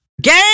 Game